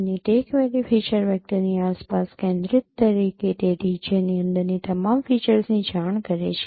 અને તે query feature વેક્ટરની આસપાસ કેન્દ્રિત તરીકે તે રિજિયનની અંદરની તમામ ફીચર્સની જાણ કરે છે